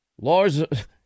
Laws